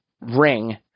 ring